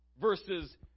Versus